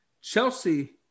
Chelsea